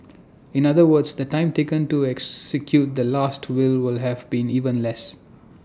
in other words the time taken to execute the Last Will would have been even less